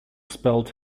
spelt